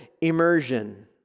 immersion